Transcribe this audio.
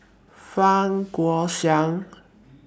Fang Guixiang